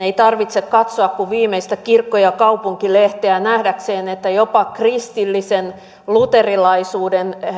ei tarvitse katsoa kuin viimeistä kirkko ja kaupunki lehteä nähdäkseen että jopa kristillisen luterilaisuuden